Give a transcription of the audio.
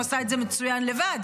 הוא עשה את זה מצוין לבד,